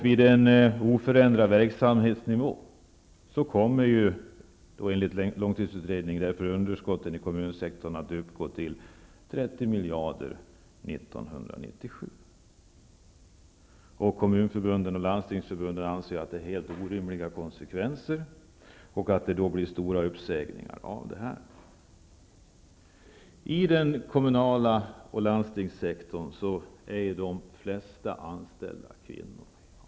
Vid en oförändrad verksamhetsnivå kommer, enligt långtidsutredningen, underskotten i kommunsektorn att uppgå till 30 miljarder kronor Kommun och Landstingsförbunden anser att detta är helt orimliga konsekvenser och att de kommer att leda till stora uppsägningar. I den kommunala sektorn och landstingssektorn är de flesta anställda kvinnor.